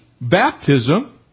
Baptism